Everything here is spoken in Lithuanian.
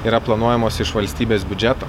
yra planuojamos iš valstybės biudžeto